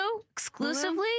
exclusively